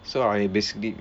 so I basically